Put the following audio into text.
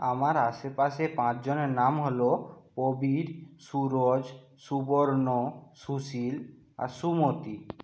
আমার আশেপাশে পাঁচজনের নাম হলো প্রবীর সুরজ সুবর্ণ সুশীল আর সুমতি